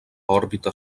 òrbita